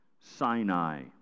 Sinai